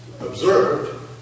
observed